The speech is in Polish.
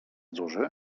duży